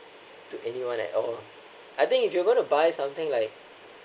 to anyone at all I think if you're going to buy something like